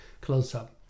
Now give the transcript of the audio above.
close-up